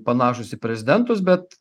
panašūs į prezidentus bet